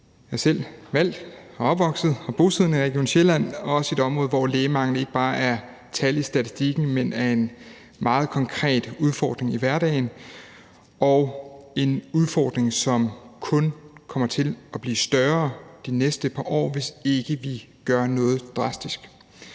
er selv valgt og opvokset og bosiddende i Region Sjælland, også i et område, hvor lægemangel ikke bare er tal i statistikken, men er en meget konkret udfordring i hverdagen og en udfordring, som kun kommer til at blive større de næste par år, hvis ikke vi gør noget drastisk.